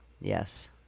Yes